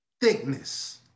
thickness